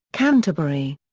canterbury.